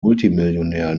multimillionär